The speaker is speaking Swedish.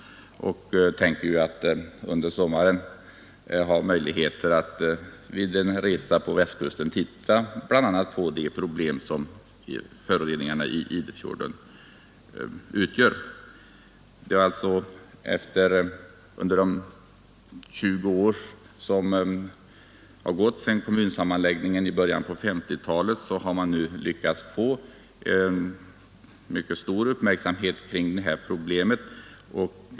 Under sommaren har utskottet möjligheter att under en resa på Västkusten titta på bl.a. det problem som föroreningarna i Idefjorden utgör. Under de 20 år som gått sedan kommunsammanläggningen i början på 1950-talet har vi nu lyckats fästa mycket stor uppmärksamhet på detta problem.